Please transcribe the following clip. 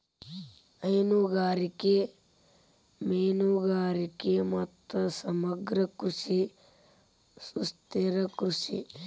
ಹೈನುಗಾರಿಕೆ, ಮೇನುಗಾರಿಗೆ ಮತ್ತು ಸಮಗ್ರ ಕೃಷಿ ಸುಸ್ಥಿರ ಕೃಷಿ